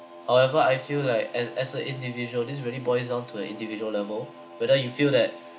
however I feel like as as a individual this really boils down to an individual level whether you feel that